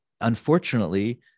unfortunately